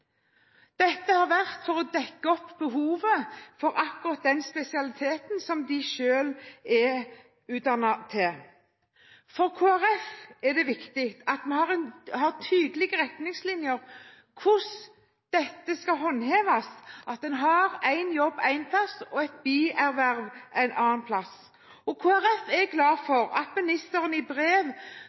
har det vært for å dekke opp behovet for akkurat den spesialiteten som de selv er utdannet til. For Kristelig Folkeparti er det viktig at vi har tydelige retningslinjer for hvordan dette med at man har én jobb en plass og et bierverv en annen plass, skal håndheves. Kristelig Folkeparti er glad for at ministeren i brev